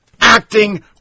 acting